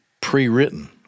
pre-written